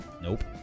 Nope